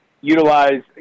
utilize